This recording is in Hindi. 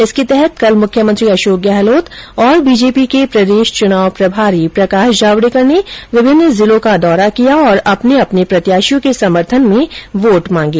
इसके तहत कल मुख्यमंत्री अशोक गहलोत और बीजेपी के प्रदेश चुनाव प्रभारी प्रकाश जावडेकर ने विभिन्न जिलों का दौरा किया और अपने प्रत्याशियों के समर्थन में वोट मांगे